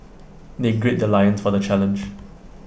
they grid their loins for the challenge